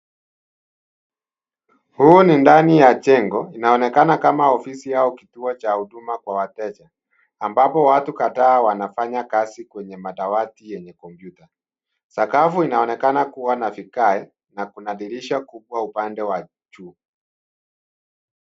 Huu ni ndani ya jengo. Inaonekana kama ofisi au kituo cha huduma kwa wateja, ambapo watu kadhaa wanafanya kazi kwenye madawati yenye kompyuta. Sakafu inaonekana kuwa na vigae na kuna dirisha kubwa upande wa juu.